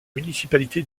municipalité